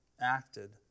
acted